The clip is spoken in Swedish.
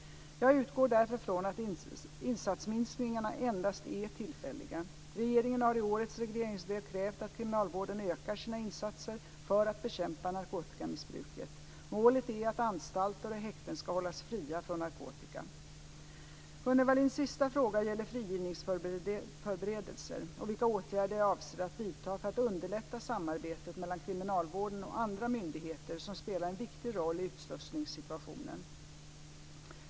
Jag utgår därför från att insatsminskningarna endast är tillfälliga. Regeringen har i årets regleringsbrev krävt att kriminalvården ökar sina insatser för att bekämpa narkotikamissbruket. Målet är att anstalter och häkten ska hållas fria från narkotika. Gunnel Wallins sista fråga gäller frigivningsförberedelser och vilka åtgärder jag avser att vidta för att underlätta samarbetet mellan kriminalvården och andra myndigheter som spelar en viktig roll i utslussningssituationen.